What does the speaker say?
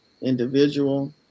individual